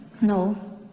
No